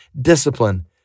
discipline